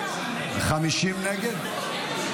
50 נגד?